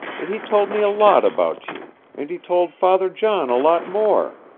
and he told me a lot about you, and he told father john a lot more,